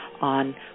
on